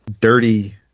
dirty